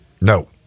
No